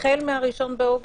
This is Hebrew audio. החל מה-1 באוגוסט.